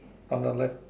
on the left